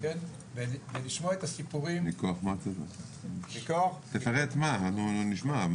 ולשמוע את הסיפורים --- תפרט מה, אנחנו נשמע.